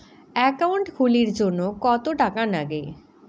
Account খুলির জন্যে কত টাকা নাগে?